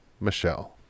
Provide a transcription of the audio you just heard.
Michelle